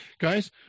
guys